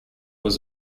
was